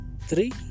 three